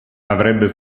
avrebbe